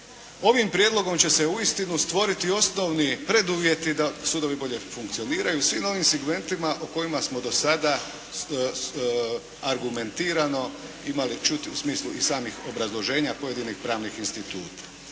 Ovim prijedlogom će se uistinu stvoriti osnovni preduvjeti da sudovi bolje funkcioniraju u svim ovim segmentima o kojima smo do sada argumentirano imali čuti u smislu i samih obrazloženja pojedinih pravnih instituta.